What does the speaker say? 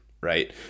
right